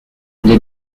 les